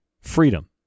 freedom